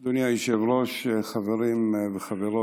אדוני היושב-ראש, חברים וחברות,